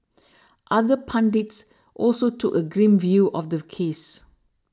other pundits also took a grim view of the case